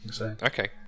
okay